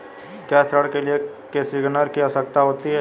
क्या ऋण के लिए कोसिग्नर की आवश्यकता होती है?